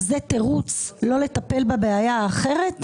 זה תירוץ לא לטפל בבעיה האחרת?